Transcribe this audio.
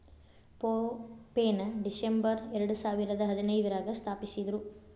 phone ಪೆನ December ಎರಡಸಾವಿರದ ಹದಿನೈದ್ರಾಗ ಸ್ಥಾಪಿಸಿದ್ರು